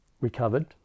recovered